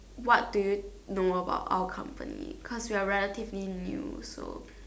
what do you know about our company cause we're relatively new also